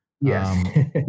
Yes